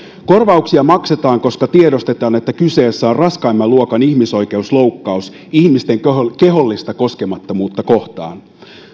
korvauksia maksetaan koska tiedostetaan että kyseessä on raskaimman luokan ihmisoikeusloukkaus ihmisten kehollista koskemattomuutta kohtaan